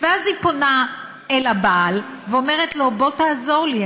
ואז היא פונה אל הבעל ואומרת לו: בוא תעזור לי,